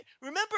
Remember